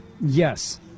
Yes